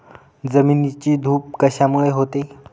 जमिनीची धूप कशामुळे होते?